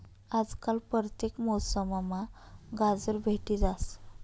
आजकाल परतेक मौसममा गाजर भेटी जास